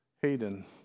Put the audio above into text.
hayden